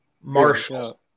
Marshall